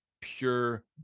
pure